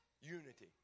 unity